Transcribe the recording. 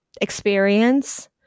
experience